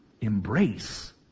embrace